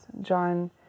John